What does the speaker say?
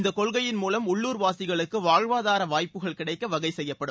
இந்த கொள்கையின் மூலம் உள்ளுர்வாசிகளுக்கு வாழ்வாதார வாய்ப்புகள் கிடைக்க வகைசெய்யப்படும்